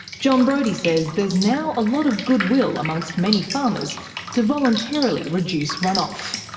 jon brodie says there's now a lot of goodwill amongst many farmers to voluntarily reduce runoff.